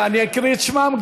אני אקריא גם את שמם.